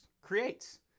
creates